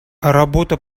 работа